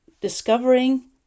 discovering